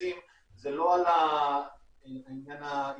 מיסים זה לא על העניין העיקרי,